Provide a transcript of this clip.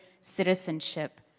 citizenship